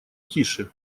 тише